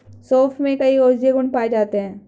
सोंफ में कई औषधीय गुण पाए जाते हैं